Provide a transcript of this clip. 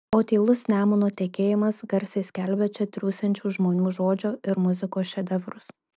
o tylus nemuno tekėjimas garsiai skelbia čia triūsiančių žmonių žodžio ir muzikos šedevrus